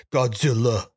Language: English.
Godzilla